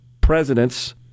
presidents